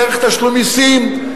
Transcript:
דרך תשלום מסים,